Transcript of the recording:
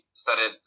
started